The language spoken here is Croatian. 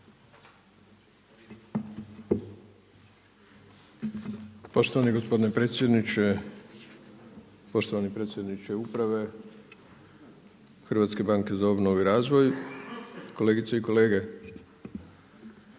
Poštovani gospodine predsjedniče, poštovani predsjedniče uprave HBOR-a, kolegice i kolege.